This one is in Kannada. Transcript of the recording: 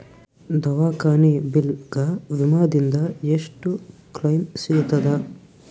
ದವಾಖಾನಿ ಬಿಲ್ ಗ ವಿಮಾ ದಿಂದ ಎಷ್ಟು ಕ್ಲೈಮ್ ಸಿಗತದ?